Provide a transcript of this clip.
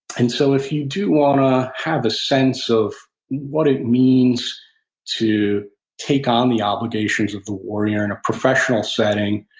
and so if you do want to have a sense of what it means to take on the obligations of the warrior in a professional setting,